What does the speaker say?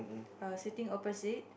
err sitting opposite